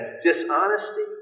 dishonesty